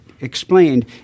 explained